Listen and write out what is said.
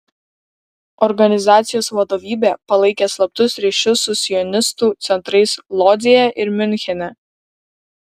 organizacijos vadovybė palaikė slaptus ryšius su sionistų centrais lodzėje ir miunchene